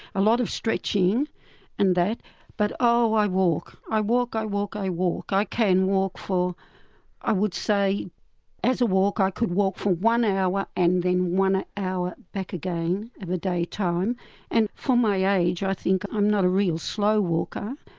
a lot of stretching and that but oh, i walk, i walk, i walk, i walk. i can walk for i would say as a walker i could walk for one hour and then one hour back again in the day time and for my age i think i'm not a real slow walker.